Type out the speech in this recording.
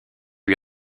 lui